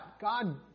God